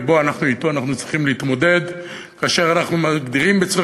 ואתו אנחנו צריכים להתמודד כאשר אנחנו מגדירים בצורה